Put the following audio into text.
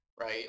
right